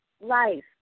life